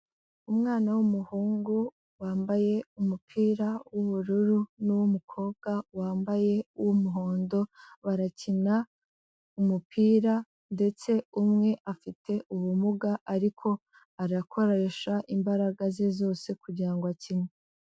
Umwana w'umuhungu wambaye umupira w'ubururu n'uw'umukobwa wambaye uw'umuhondo, barakina umupira ndetse umwe afite ubumuga ariko arakoresha imbaraga ze zose kugira ngo akine.